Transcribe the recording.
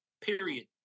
period